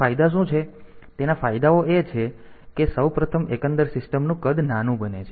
તેના ફાયદાઓ એ છે કે સૌ પ્રથમ એકંદર સિસ્ટમનું કદ નાનું બને છે